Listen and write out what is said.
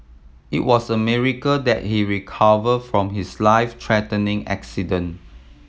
it was a miracle that he recovered from his life threatening accident